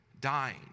dying